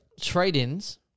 Trade-ins